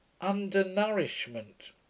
undernourishment